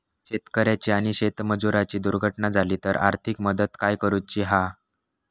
शेतकऱ्याची आणि शेतमजुराची दुर्घटना झाली तर आर्थिक मदत काय करूची हा?